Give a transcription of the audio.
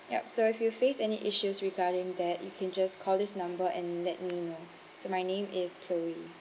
yup so if you face any issues regarding that you can just call this number and let me know so my name is chloe